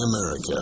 America